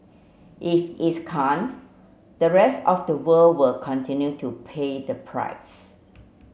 if its can't the rest of the world will continue to pay the price